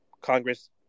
congress